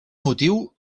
motiu